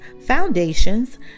foundations